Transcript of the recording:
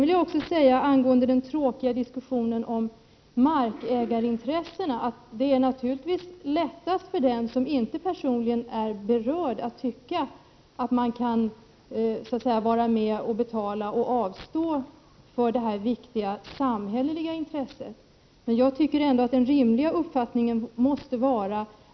I fråga om den tråkiga diskussionen om markägarintressena vill jag säga att det naturligtvis är lättast för den som inte personligen är berörd att tycka att markägarna kan vara med och betala och avstå från mark med hänsyn till det viktiga samhälleliga intresset.